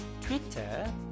Twitter